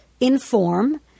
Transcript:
inform